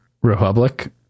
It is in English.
Republic